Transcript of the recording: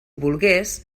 volgués